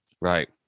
right